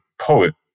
poet